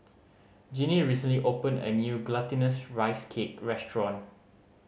Jinnie recently opened a new Glutinous Rice Cake restaurant